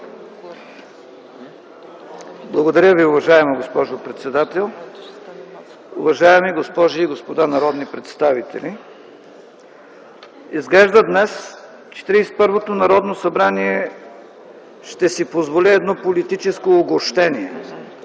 Благодаря Ви, уважаема госпожо председател. Уважаеми госпожи и господа народни представители! Изглежда днес Четиридесет и първото Народно събрание ще си позволи едно политическо угощение.